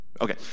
Okay